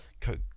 Coke